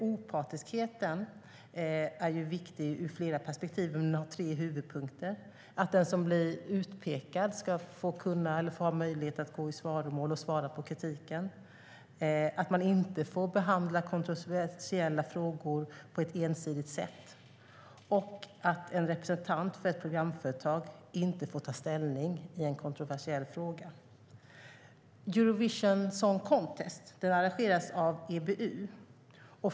Opartiskheten är viktig ur flera perspektiv, men har tre huvudpunkter, nämligen att den som blir utpekad ska ha möjlighet att gå i svaromål och svara på kritiken, att man inte får behandla kontroversiella frågor på ett ensidigt sätt och att en representant för ett programföretag inte får ta ställning i en kontroversiell fråga. Eurovision Song Contest arrangeras av EBU.